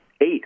eight